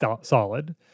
solid